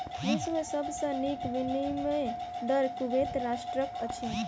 विश्व में सब सॅ नीक विनिमय दर कुवैत राष्ट्रक अछि